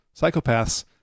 psychopaths